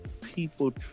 people